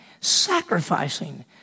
sacrificing